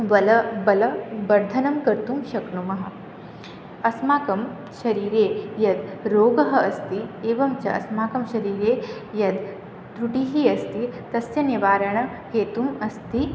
बल बलवर्धनं कर्तुं शक्नुमः अस्माकं शरीरे यत् रोगः अस्ति एवं च अस्माकं शरीरे यत् त्रुटिः अस्ति तस्य निवारणहेतुः अस्ति